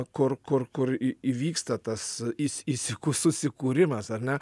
kur kur kur įvyksta tas įs įsiku susikūrimas ar ne